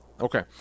Okay